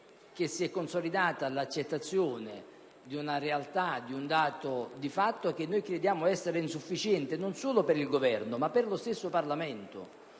che si è consolidata l'accettazione di un dato di fatto, di una realtà che si ritiene essere insufficiente non solo per il Governo ma per lo stesso Parlamento,